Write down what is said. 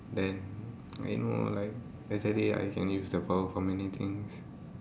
then you know like let's just say I can use the power for many things